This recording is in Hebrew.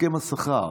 הסכם השכר